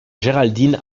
géraldine